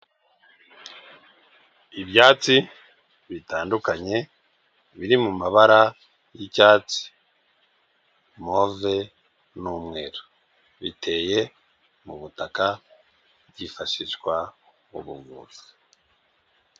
Ibyatsi bitandukanye biri mu mabara y'icyatsi, move n'umweru biteye mu butaka byifashishwa mu buvuzi.